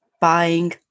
buying